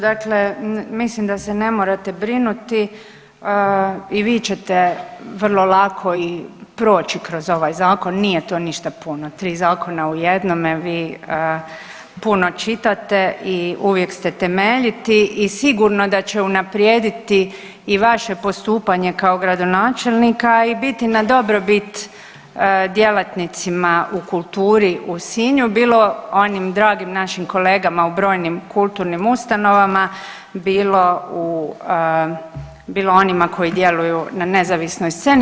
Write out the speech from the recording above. Dakle mislim da se ne morate brinuti i vi ćete vrlo lako i proći kroz ovaj zakon, nije to ništa puno 3 zakona u jednome, vi puno čitate i uvijek ste temeljiti i sigurno da će unaprijediti i vaše postupanje kao gradonačelnika i biti na dobrobit djelatnicima u kulturi u Sinju bilo onim dragim našim kolegama u brojnim kulturnim ustanovama, bilo u, bilo onima koji djeluju na nezavisnoj sceni.